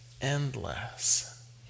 endless